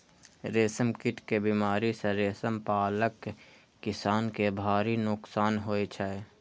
रेशम कीट के बीमारी सं रेशम पालक किसान कें भारी नोकसान होइ छै